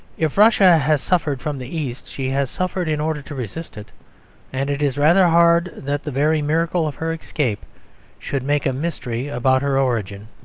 if russia has suffered from the east she has suffered in order to resist it and it is rather hard that the very miracle of her escape should make a mystery about her origin.